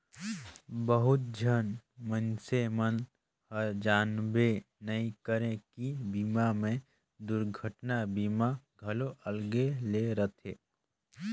बहुत झन मइनसे मन हर जानबे नइ करे की बीमा मे दुरघटना बीमा घलो अलगे ले रथे